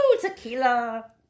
tequila